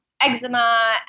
eczema